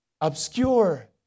obscure